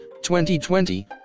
2020